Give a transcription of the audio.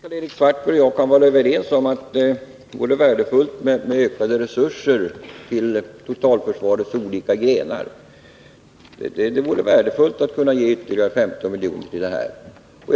Fru talman! Jag tror att Karl-Erik Svartberg och jag kan vara överens om att det vore värdefullt med ökade resurser till totalförsvarets olika grenar. Det vore värdefullt att kunna ge ytterligare 15 milj.kr. till det här ändamålet.